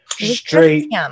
Straight